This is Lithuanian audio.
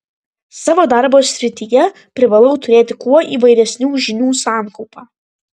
savo darbo srityje privalau turėti kuo įvairesnių žinių sankaupą